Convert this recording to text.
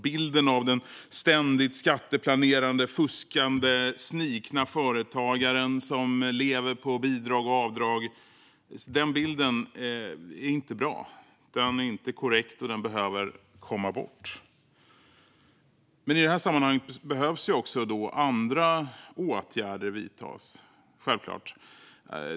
Bilden av den ständigt skatteplanerande, fuskande, snikna företagaren som lever på bidrag och avdrag är inte bra och inte korrekt, och den behöver vi få bort. I detta sammanhang behöver självklart också andra åtgärder vidtas.